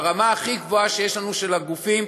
ברמה הכי גבוהה שיש לנו של הגופים,